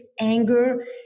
anger